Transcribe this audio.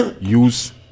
use